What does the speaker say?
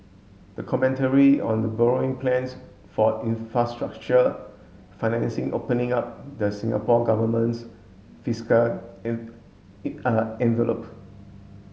a commentary on the borrowing plans for infrastructure financing opening up the Singapore Government's fiscal envelope